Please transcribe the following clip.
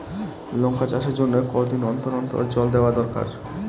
লঙ্কা চাষের জন্যে কতদিন অন্তর অন্তর জল দেওয়া দরকার?